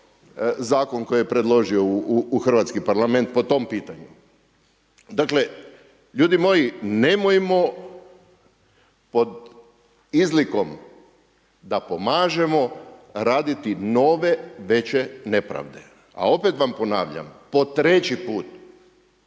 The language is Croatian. zakon koji je predložio u Hrvatski parlament po tom pitanju. Dakle ljudi moji nemojmo pod izlikom da pomažemo raditi nove, veće nepravde. A opet vam ponavljam po treći put,